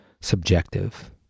subjective